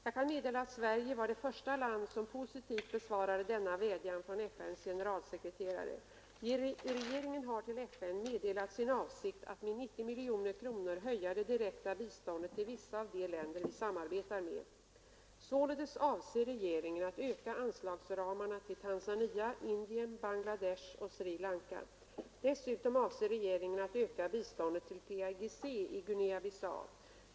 Jag kan meddela, att Sverige var det första land som positivt besvarade denna vädjan från FN:s generalsekreterare. Regeringen har till FN meddelat sin avsikt att med 90 miljoner kronor höja det direkta biståndet till vissa av de länder vi samarbetar med. Således avser regeringen att öka anslagsramarna till Tanzania, Indien, Bangladesh och Sri Lanka. Dessutom avser regeringen att öka biståndet till PAIGC i Guinea-Bissau.